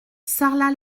sarlat